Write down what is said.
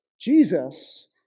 Jesus